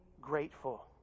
grateful